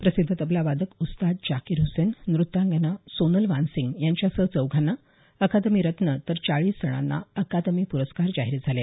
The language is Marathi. प्रसिद्ध तबला वादक उस्ताद जाकीर हसैन नृत्यांगना सोनल मानसिंग यांच्यासह चौघांना अकादमी रत्न तर चाळीस जणांना अकादमी प्रस्कार जाहीर झाले